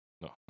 No